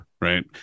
right